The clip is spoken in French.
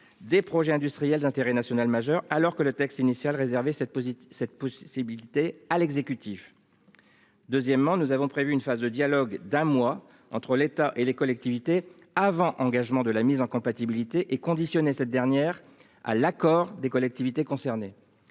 des projets industriels, d'intérêt national majeur alors que le texte initial réserver cette cette possibilité à l'exécutif. Deuxièmement, nous avons prévu une phase de dialogue d'un mois entre l'État et les collectivités avant. Engagement de la mise en compatibilité est conditionné cette dernière à l'accord des collectivités concernées.